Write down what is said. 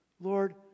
Lord